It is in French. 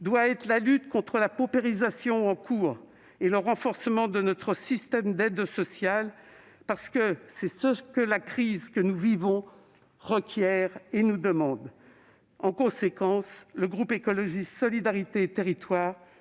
doit être la lutte contre la paupérisation en cours et le renforcement de notre système d'aides sociales. C'est ce que la crise que nous vivons requiert et nous demande ! En conséquence, le groupe GEST